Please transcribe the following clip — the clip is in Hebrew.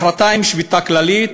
מחרתיים שביתה כללית,